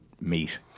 meat